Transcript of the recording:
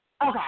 Okay